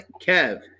Kev